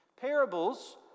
Parables